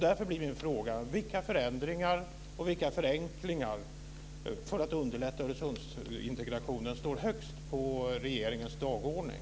Därför blir min fråga: Vilka förändringar och vilka förenklingar för att underlätta Öresundsintegrationen står högst på regeringens dagordning?